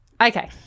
Okay